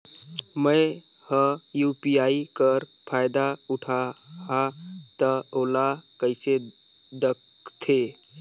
मैं ह यू.पी.आई कर फायदा उठाहा ता ओला कइसे दखथे?